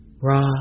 raw